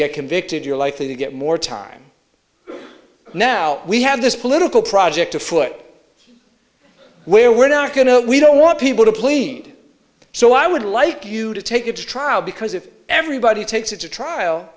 get convicted you're likely to get more time now we have this political project afoot we're we're not going to we don't want people to clean so i would like you to take it to trial because if everybody takes it to trial